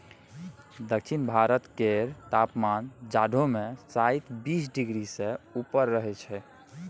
दक्षिण भारत केर तापमान जाढ़ो मे शाइत बीस डिग्री सँ ऊपर रहइ छै